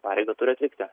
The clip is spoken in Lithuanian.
pareigą turi atlikti